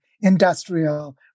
industrial